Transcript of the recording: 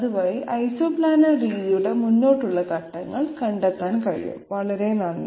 ഇതുവഴി ഐസോപ്ലാനർ രീതിയുടെ മുന്നോട്ടുള്ള ഘട്ടങ്ങൾ കണ്ടെത്താൻ കഴിയും വളരെ നന്ദി